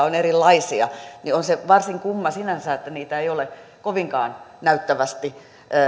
on erilaisia niin on se varsin kumma sinänsä että niitä ei ole kovinkaan näyttävästi